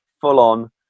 full-on